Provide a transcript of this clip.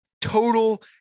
total